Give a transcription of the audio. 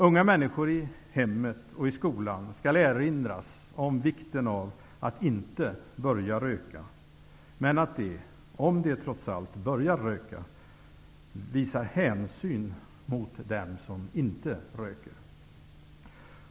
Unga människor i hemmet och i skolan skall erinras om vikten av att de inte börjar röka och av att de -- om de trots allt börja röka -- visar hänsyn mot dem som inte röker.